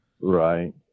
right